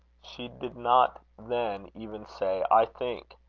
she did not then even say i think,